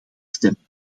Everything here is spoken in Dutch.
stemmen